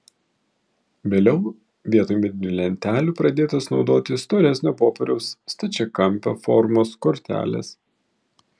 vėliau vietoj medinių lentelių pradėtos naudoti storesnio popieriaus stačiakampio formos kortelės